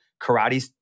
karate